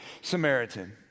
Samaritan